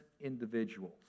individuals